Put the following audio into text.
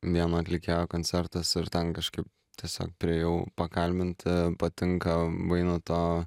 vieno atlikėjo koncertas ir ten kažkaip tiesiog priėjau pakalbinti patinka vainoto